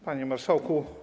Panie Marszałku!